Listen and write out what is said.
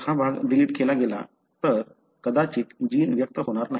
जर हा भाग डिलीट केला गेला तर कदाचित जीन व्यक्त होणार नाही